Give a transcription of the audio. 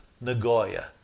Nagoya